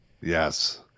Yes